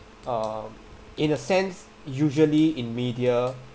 um in a sense usually in media